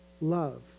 love